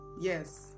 Yes